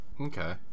Okay